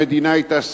המדינה היתה סוערת.